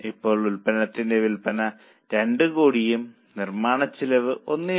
ഇപ്പോൾ ഉൽപ്പന്നത്തിന്റെ വിൽപ്പന 2 കോടിയും നിർമ്മാണച്ചെലവ് 1